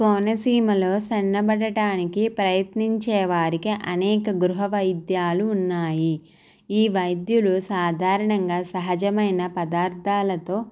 కోనసీమలో సన్నబడటానికి ప్రయత్నించే వారికి అనేక గృహ వైద్యాలు ఉన్నాయి ఈ వైద్యులు సాధారణంగా సహజమైన పదార్థాలతో